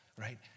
right